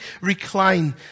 recline